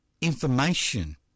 information